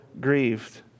grieved